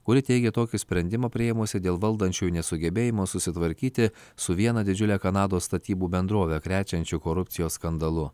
kuri teigė tokį sprendimą priėmusi dėl valdančiųjų nesugebėjimo susitvarkyti su viena didžiule kanados statybų bendrove krečiančiu korupcijos skandalu